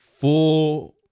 full